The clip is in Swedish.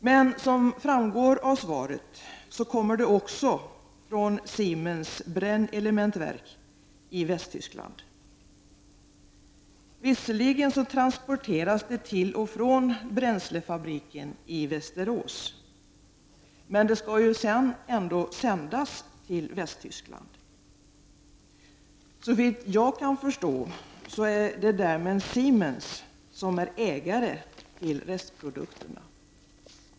Men som framgår av svaret kommer uran också från Siemens Brennelementwerk i Västtyskland. Visserligen transporteras det från och till bränslefabriken i Västerås, men det skall sedan sändas åter till Västtyskland. Såvitt jag kan förstå är det därmed Siemens som är ägare till restprodukterna.